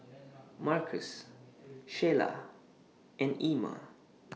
Marcos Sheyla and Ima